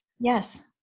Yes